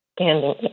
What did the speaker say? standing